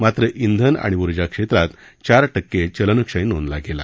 मात्र इंधन आणि ऊर्जा क्षेत्रात चार टक्के चलनक्षय नोंदला गेला